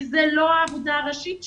כי זה לא העבודה הראשית שלהם.